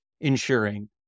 ensuring